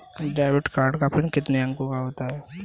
Debit card का PIN कितने अंकों का होता है?